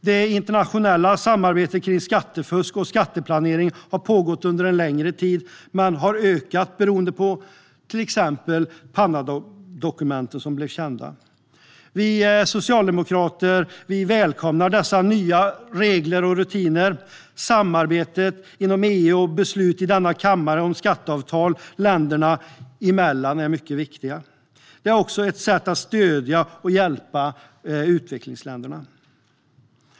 Det internationella samarbetet mot skattefusk och skatteplanering har pågått under en längre tid men har ökat, bland annat beroende på att de så kallade Panamadokumenten blev kända. Vi socialdemokrater välkomnar dessa nya regler och rutiner. Samarbetet inom EU och beslut i denna kammare om skatteavtal länder emellan är mycket viktiga. Det är också ett sätt att stödja och hjälpa utvecklingsländer.